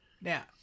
Now